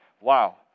wow